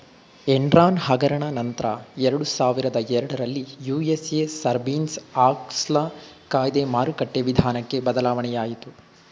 Enron ಹಗರಣ ನಂತ್ರ ಎರಡುಸಾವಿರದ ಎರಡರಲ್ಲಿ ಯು.ಎಸ್.ಎ ಸರ್ಬೇನ್ಸ್ ಆಕ್ಸ್ಲ ಕಾಯ್ದೆ ಮಾರುಕಟ್ಟೆ ವಿಧಾನಕ್ಕೆ ಬದಲಾವಣೆಯಾಗಿತು